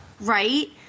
Right